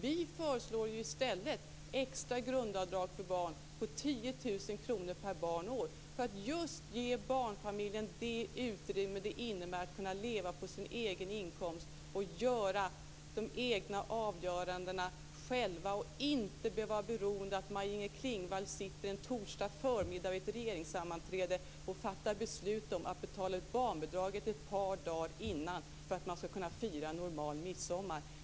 Vi föreslår i stället ett extra grundavdrag för barn på 10 000 kr per barn och år för att just ge barnfamiljen det utrymme som det innebär att kunna leva på sin egen inkomst och träffa de egna avgörandena själva och inte behöva vara beroende av att Maj-Inger Klingvall sitter en torsdagsförmiddag vid ett regeringssammanträde och fattar beslut att betala ut barnbidraget ett par dagar innan för att man skall kunna fira normal midsommar.